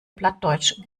plattdeutsch